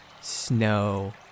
snow